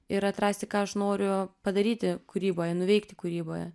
ir atrasti ką aš noriu padaryti kūryboje nuveikti kūryboje